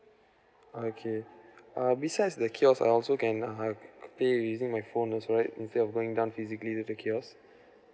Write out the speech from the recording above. okay uh besides the kiosk I also can uh pay using my phone also right instead of going down physically to the kiosk